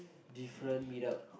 different meet up